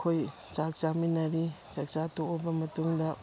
ꯑꯩꯈꯣꯏ ꯆꯥꯛ ꯆꯥꯃꯤꯟꯅꯔꯤ ꯆꯥꯛꯆꯥ ꯇꯣꯛꯑꯕ ꯃꯇꯨꯡꯗ